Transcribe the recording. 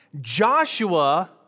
Joshua